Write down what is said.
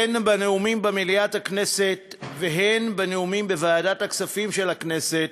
הן בנאומים במליאת הכנסת והן בנאומים בוועדת הכספים של הכנסת,